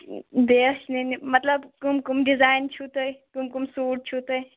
بیٚیہِ ٲسۍ نِنۍ مطلب کٕم کٕم ڈِزایِن چھِو تۅہہِ کٕم کٕم سوٗٹ چھِو تۅہہِ